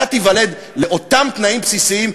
אתה תיוולד לאותם תנאים בסיסיים,